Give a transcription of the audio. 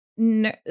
no